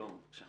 שלמה, בבקשה.